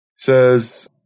says